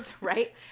right